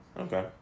Okay